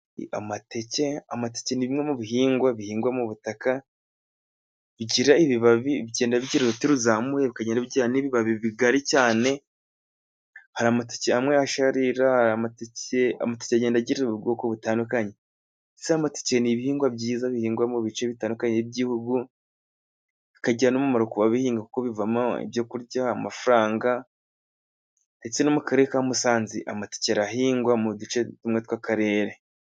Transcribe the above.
Amateke: Amateke ni bimwe mu bihingwa bihingwa mu butaka, bijyira ibibabi, bigenda bijyira uruti ruzamuye, bijyira n'ibibabi bigari cyane, hari amateke amwe asharira , amateke agenda ajyira ubwoko butandukanye, mbese amateke ni ibihingwa byiza, bihingwa mu bice bitandukanye by'igihugu, bikajyira n'umumaro ku babihinga, kuko bivamo ibyo kurya, amafaranga, ndetse no mu karere ka Musanze amateke arahingwa mu duce tumwe tw'akarere.